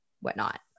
whatnot